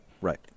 right